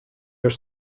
are